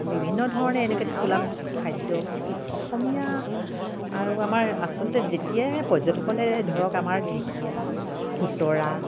বিভিন্ন ধৰণে এনেকে টোপোলা ভাত খাদ্য অসমীয়া আৰু আমাৰ আচলতে যেতিয়াই পৰ্যটসকলে ধৰক আমাৰ ঢেকীয়া খুতৰা